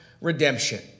redemption